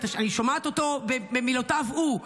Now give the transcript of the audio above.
אני שומעת אותו במילותיו הוא,